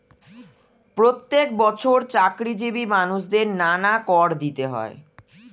প্রত্যেক বছর চাকরিজীবী মানুষদের নানা কর দিতে হয়